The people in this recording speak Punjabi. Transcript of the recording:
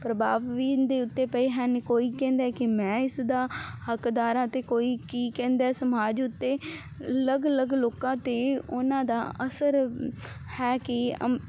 ਪ੍ਰਭਾਵ ਵੀ ਇਨ ਦੇ ਉੱਤੇ ਪਏ ਹਨ ਕੋਈ ਕਹਿੰਦਾ ਕੇ ਮੈਂ ਇਸ ਦਾ ਹੱਕਦਾਰ ਹਾਂ ਤੇ ਕੋਈ ਕੀ ਕਹਿੰਦਾ ਸਮਾਜ ਉੱਤੇ ਅਲੱਗ ਅਲੱਗ ਲੋਕਾਂ ਤੇ ਉਹਨਾਂ ਦਾ ਅਸਰ ਹੈ ਕੀ